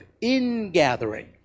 ingathering